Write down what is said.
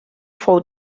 fou